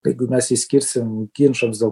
jeigu mes jį skirsim ginčams dėl